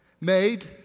made